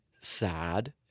sad